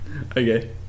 okay